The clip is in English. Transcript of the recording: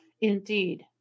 Indeed